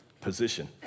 position